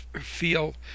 feel